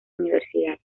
universidad